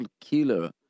killer